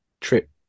trip